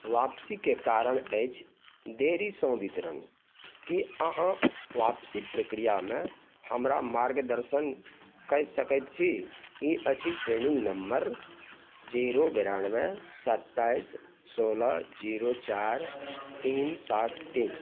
आपसीके कारण अछि देरीसँ वितरण कि अहाँ आपसी प्रक्रियामे हमरा मार्गदर्शन कै सकै छी ई अछि ट्रेनिन्ग नम्बर जीरो बेरानवे सत्ताइस सोलह जीरो चारि तीन सात तीन